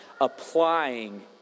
applying